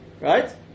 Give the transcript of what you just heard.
Right